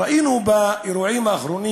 ראינו באירועים האחרונים